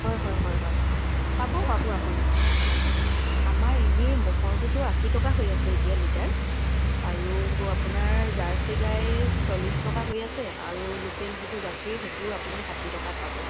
হয় হয় হয় হয় পাব পাব আপুনি আমাৰ এনে ম'হৰটোতো আশী টকা হৈ আছে এতিয়া লিটাৰ আৰু আপোনাৰ জাৰ্চী গাই চল্লিছ টকা হৈ আছে আৰু লোকেল যিটো গাখীৰ সেইটো আপুনি ষাঠি টকাত পাব